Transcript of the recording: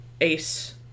ace